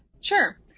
Sure